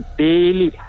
daily